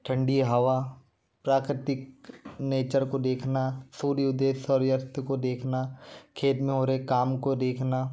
ठंडी हवा प्राकृतिक नेचर को देखना सूर्योदय सूर्य अस्त को देखना खेत में हो रहे काम को देखना